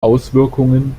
auswirkungen